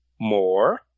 more